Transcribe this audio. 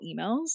emails